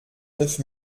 neuf